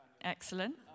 Excellent